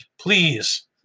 Please